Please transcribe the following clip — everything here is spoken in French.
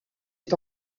est